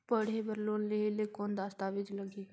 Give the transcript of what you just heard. पढ़े बर लोन लहे ले कौन दस्तावेज लगही?